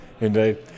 Indeed